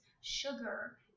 sugar